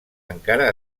encara